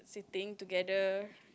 being together